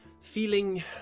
Feeling